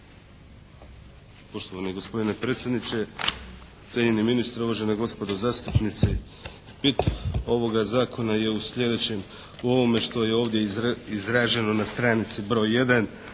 Poštovani gospodine predsjedniče, cijenjeni ministre, uvažena gospodo zastupnici. Bit ovoga Zakona je u sljedećem, u ovome što je ovdje izraženo na stranici broj